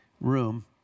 room